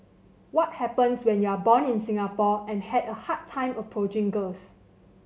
what happens when you are born in Singapore and had a hard time approaching girls